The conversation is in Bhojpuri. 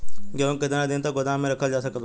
गेहूँ के केतना दिन तक गोदाम मे रखल जा सकत बा?